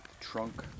trunk